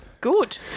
good